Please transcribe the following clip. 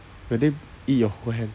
will they eat your whole hand